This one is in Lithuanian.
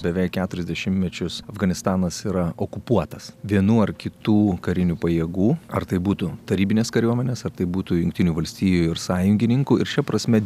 beveik keturis dešimtmečius afganistanas yra okupuotas vienų ar kitų karinių pajėgų ar tai būtų tarybinės kariuomenės ar tai būtų jungtinių valstijų ir sąjungininkų ir šia prasme